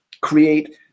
create